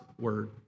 word